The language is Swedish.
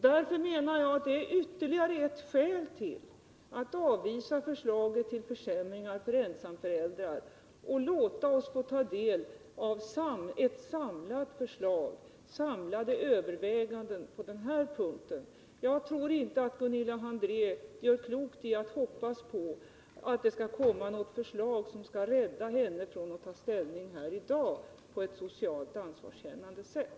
Jag menar att det är ytterligare ett skäl till att avvisa förslaget till försämring för ensamföräldrar och låta oss få ta del av ett samlat förslag — samlade överväganden — på den här punkten. Jag tror inte att Gunilla André gör klokt i att hoppas på att det skall komma något förslag som skall rädda henne från att ta ställning här i dag på ett socialt ansvarskännande sätt.